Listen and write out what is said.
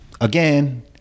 Again